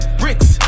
bricks